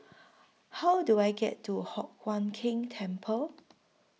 How Do I get to Hock Huat Keng Temple